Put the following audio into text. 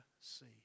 see